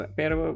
pero